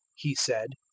he said.